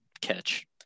catch